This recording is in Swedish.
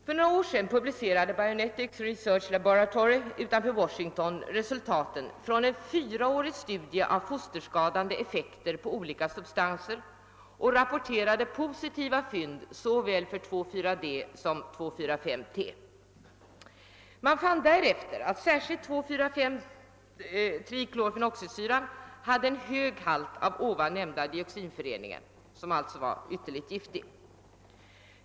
För några år sedan publicerade Bionetics Research Laboratory utanför Washington resultaten av en fyraårig studie av fosterskadande effekter på olika substanser och rapporterade positiva fynd såväl för 2, 4 D som 2, 4, 5 T. Man fann därefter att särskilt 2, 4, 5 triklorfenoxisyra hade en högt halt av ovan nämnda dioxinförening, som alltså är ytterligt giftig.